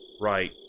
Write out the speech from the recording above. Right